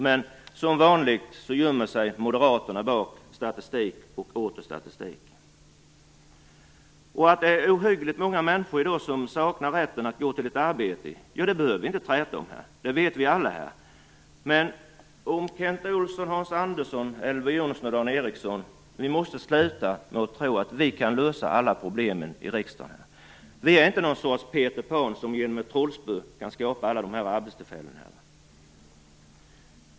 Men som vanligt gömmer sig Moderaterna bakom statistik och åter statistik. Att ohyggligt många människor i dag saknar rätten att gå till ett arbete behöver vi inte träta om. Det vet vi alla. Men Kent Olsson, Hans Andersson, Elver Jonsson och Dan Ericsson måste sluta tro att vi kan lösa alla problem här i riksdagen. Vi är inte någon sorts Peter Pan som med ett trollspö kan skapa alla de här arbetstillfällena.